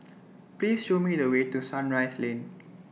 Please Show Me The Way to Sunrise Lane